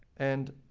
and